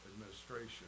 administration